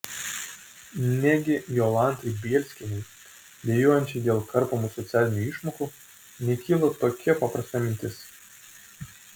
negi jolantai bielskienei dejuojančiai dėl karpomų socialinių išmokų nekyla tokia paprasta mintis